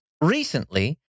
recently